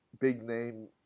big-name